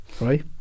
right